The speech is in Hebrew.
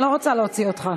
אני לא רוצה להוציא אותך.